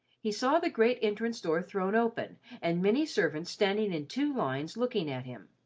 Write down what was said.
he saw the great entrance-door thrown open and many servants standing in two lines looking at him.